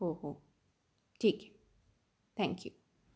हो हो ठीक आहे थँक्यू